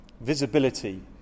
visibility